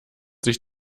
sich